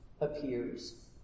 appears